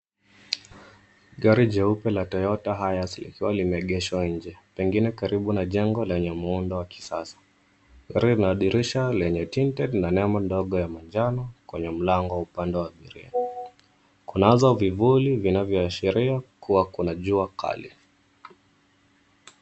Gari jeupe la Toyota Hiace likiwa limeegeshwa nje, pengine karibu na jengo lenye muundo wa kisasa. Gari lina dirisha lenye tinted na nembo ndogo ya manjano kwenye mlango upande wa abiria. Kunazo vivuli vinavyoashiria kuwa kuna jua kali.